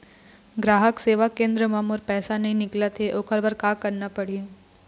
ग्राहक सेवा केंद्र म मोर पैसा नई निकलत हे, ओकर बर का करना पढ़हि?